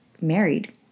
married